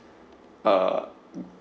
uh